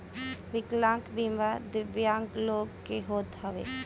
विकलांग बीमा दिव्यांग लोग के होत हवे